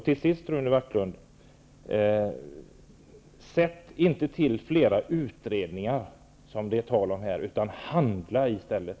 Till sist, Rune Backlund: Sätt inte till flera utredningar, som det talas om, utan handla i stället!